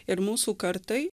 ir mūsų kartai